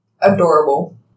Adorable